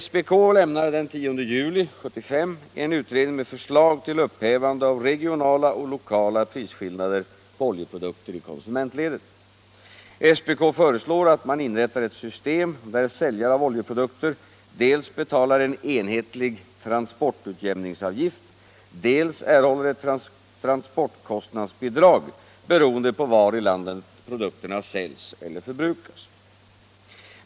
SPK avlämnade den 10 juli 1975 en utredning med förslag till upphävande av regionala och lokala prisskillnader på oljeprodukter i konsumentledet. SPK föreslår att man inrättar ett system där säljare av oljeprodukter dels betalar en enhetlig transportutjämningsavgift, dels erhåller ett transportkostnadsbidrag beroende på var i landet produkterna säljs eller förbrukas.